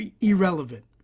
irrelevant